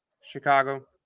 Chicago